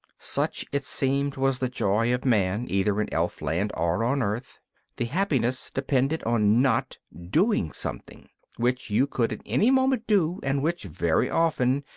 such, it seemed, was the joy of man, either in elfland or on earth the happiness depended on not doing something which you could at any moment do and which, very often,